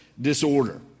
disorder